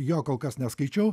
jo kol kas neskaičiau